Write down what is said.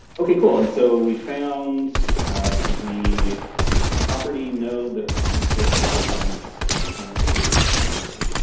okay cool and so we found the property, node that in this case represents montana state university